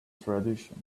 tradition